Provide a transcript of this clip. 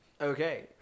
Okay